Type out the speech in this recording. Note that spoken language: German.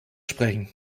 sprechen